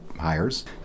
hires